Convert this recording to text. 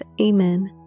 amen